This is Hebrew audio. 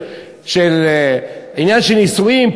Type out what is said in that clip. של עניין של נישואין,